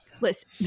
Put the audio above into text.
listen